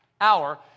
hour